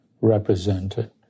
represented